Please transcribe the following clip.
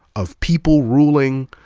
of people ruling,